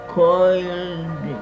coiled